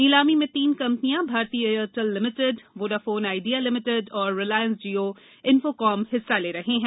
नीलामी में तीन कंपनियां Bharti Airtel limited Vodafone Idea limited और रिलायंस जियो इंफोकॉम हिस्सा ले रहे हैं